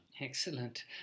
Excellent